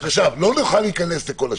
לא נוכל להיכנס לכל השיקולים.